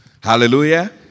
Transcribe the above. Hallelujah